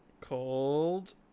called